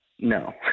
No